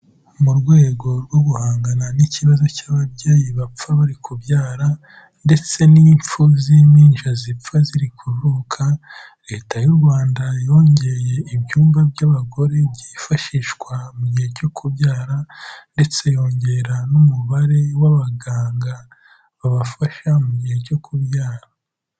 Mu rwego rwo guhangana n'ikibazo cy'ababyeyi bapfa bari kubyara, ndetse n'impfu z'impinja zipfa ziri kuvuka, Leta y'u Rwanda yongeye ibyumba by'abagore byifashishwa mu gihe cyo kubyara, ndetse yongera n'umubare w'abaganga, babafasha mu gihe cyo kubyara.